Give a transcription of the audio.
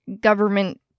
government